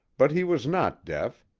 but he was not deaf,